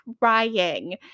crying